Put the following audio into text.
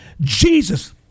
Jesus